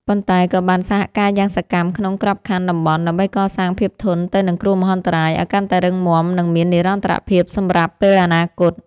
ប៉ុន្តែក៏បានសហការយ៉ាងសកម្មក្នុងក្របខ័ណ្ឌតំបន់ ដើម្បីកសាងភាពធន់ទៅនឹងគ្រោះមហន្តរាយឱ្យកាន់តែរឹងមាំ និងមាននិរន្តរភាពសម្រាប់ពេលអនាគត។